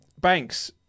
Banks